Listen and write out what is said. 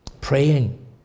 Praying